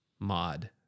mod